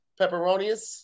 pepperonis